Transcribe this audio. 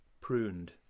pruned